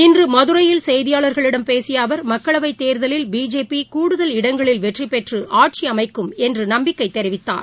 இன்றுமதுரையில் செய்தியாளர்களிடம் பேசியஅவர் மக்களவைத் தேர்தலில் பிஜேபிகூடுதல் இடங்களில் வெற்றிபெற்றுஆட்சிஅமைக்கும் என்றுநம்பிக்கைதெரிவித்தார்